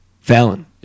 Fallon